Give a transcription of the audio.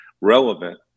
relevant